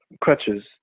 crutches